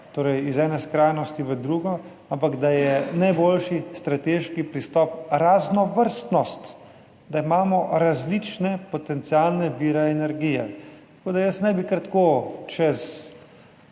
torej iz ene skrajnosti v drugo, ampak da je najboljši strateški pristop raznovrstnost, da imamo različne potencialne vire energije, tako da jaz ne bi kar tako čez